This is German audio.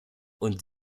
und